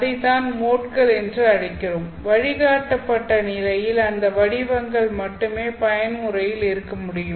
அதை நாம் மோட்கள் என்று அழைக்கிறோம் வழிகாட்டப்பட்ட நிலையில் அந்த வடிவங்கள் மட்டுமே பயன்முறையில் இருக்க முடியும்